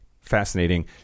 fascinating